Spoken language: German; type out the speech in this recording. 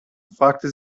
fragte